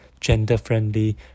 gender-friendly